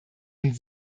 und